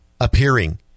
appearing